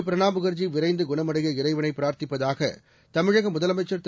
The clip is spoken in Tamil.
பிரணாப் முகர்ஜி விரைந்து குணமடைய இறைவனை பிரார்த்திப்பதாக தமிழக முதலமைச்சர் திரு